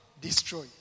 destroy